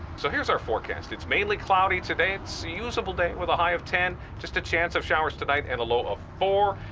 so here's our forecast. it's mainly cloudy today. it's a usable date with a high of ten, just a chance of showers tonight and a low of four.